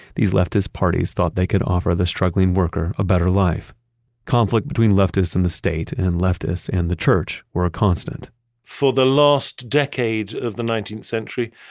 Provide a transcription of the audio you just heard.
these leftist parties thought they could offer the struggling worker a better life. the conflict between leftists and the state and leftists and the church were a constant for the last decade of the nineteenth century,